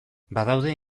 badaude